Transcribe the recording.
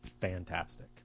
fantastic